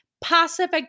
passive